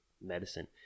medicine